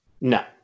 No